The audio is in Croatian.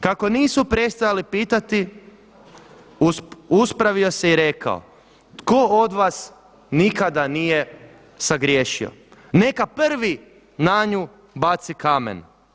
Kako nisu prestajali pitati uspravio se i rekao, tko od vas nikada nije sagriješio neka prvi na nju baci kamen.